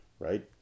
Right